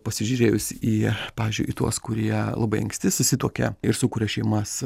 pasižiūrėjus į pavyzdžiui į tuos kurie labai anksti susituokia ir sukuria šeimas